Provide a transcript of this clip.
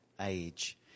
age